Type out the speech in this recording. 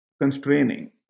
constraining